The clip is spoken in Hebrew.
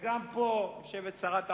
גם פה, יושבת שרת החוץ.